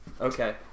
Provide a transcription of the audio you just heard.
okay